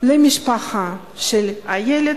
למשפחה של הילד,